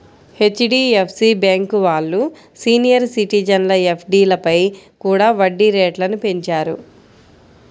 HDFC bank వాళ్ళు senior సిటిజన్ల ఎఫ్డీలపై కూడా వడ్డీ రేట్లను పెంచారు